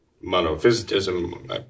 monophysitism